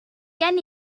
gen